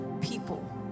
people